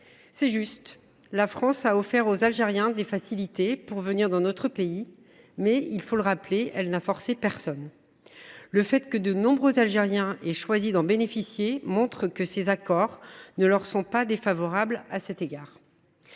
C’est juste, la France a offert aux Algériens des facilités pour venir dans notre pays, mais, il faut le rappeler, elle n’a forcé personne. Le fait que de nombreux Algériens aient choisi d’en bénéficier montre que ces accords ne leur sont pas défavorables. Il s’agit